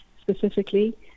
specifically